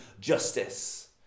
justice